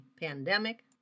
pandemic